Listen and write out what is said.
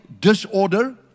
disorder